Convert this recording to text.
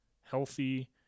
Healthy